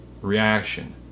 Reaction